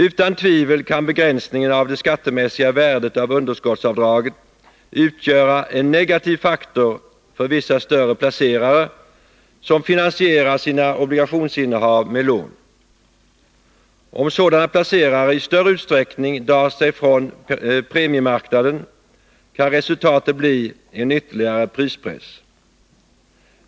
Utan tvivel kan begränsningen av det skattemässiga värdet av underskottsavdragen utgöra en negativ faktor för vissa större placerare, som finansierar sina obligationsinnehav med lån. Om sådana placerare i större utsträckning drar sig från premiemarknaden kan resultatet bli en ytterligare prispress.